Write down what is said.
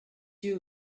you